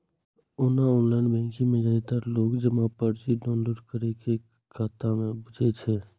ओना online banking मे जादेतर लोक जमा पर्ची डॉउनलोड करै के खगता नै बुझै छै